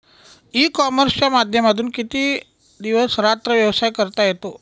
E कॉमर्सच्या माध्यमातून दिवस रात्र व्यवसाय करता येतो का?